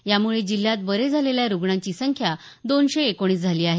यामुळे जिल्ह्यात बरे झालेल्या रुग्णांची संख्या दोनशे एकोणीस झाली आहे